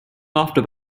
after